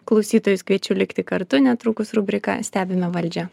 klausytojus kviečiu likti kartu netrukus rubrika stebime valdžią